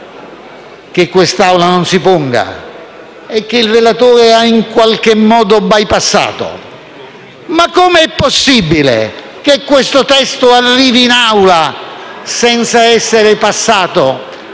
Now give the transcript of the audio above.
che quest'Assemblea non si ponga, e che il relatore ha in qualche modo bypassato: come è possibile che questo testo arrivi in Aula senza essere passato